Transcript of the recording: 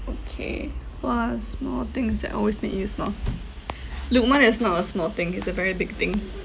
okay what are small things that always made you smile lukman is not a small thing it's a very big thing